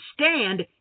stand